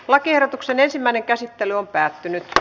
lakiehdotuksen ensimmäinen käsittely päättyi